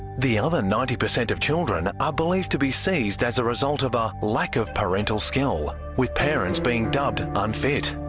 the other ninety percent of children are believed to be seized as a result of a lack of parenting skill, with parents being dubbed unfit.